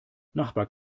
nachbar